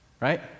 Right